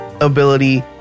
ability